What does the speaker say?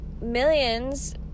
millions